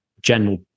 general